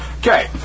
Okay